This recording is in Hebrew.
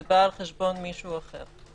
זה בא על חשבון מישהו אחר.